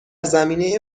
زمینه